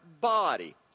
body